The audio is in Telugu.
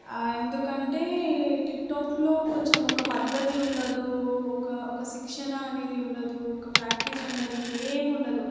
ఎందుకంటే టిక్టాక్లో కొంచెం ఒక పద్ధతి ఉండదు ఒక ఒక శిక్షణ అనేది ఉండదు ఒక ప్రాక్టీస్ ఉండదు ఏమి ఉండదు